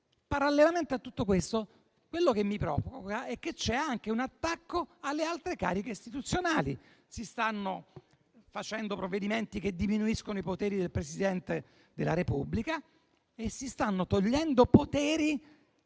parallelamente a tutto questo, c'è anche un attacco alle alte cariche istituzionali. Si stanno facendo provvedimenti che diminuiscono i poteri del Presidente della Repubblica e si stanno togliendo poteri